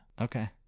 Okay